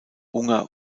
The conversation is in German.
unger